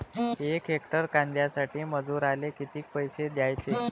यक हेक्टर कांद्यासाठी मजूराले किती पैसे द्याचे?